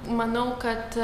manau kad